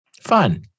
Fun